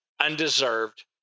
undeserved